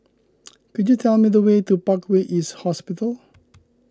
could you tell me the way to Parkway East Hospital